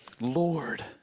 Lord